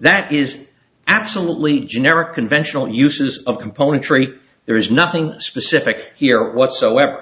that is absolutely generic conventional uses of componentry there is nothing specific here whatsoever